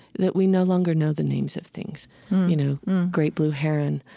that we no longer know the names of things you know great blue heron,